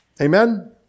Amen